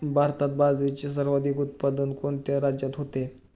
भारतात बाजरीचे सर्वाधिक उत्पादन कोणत्या राज्यात होते?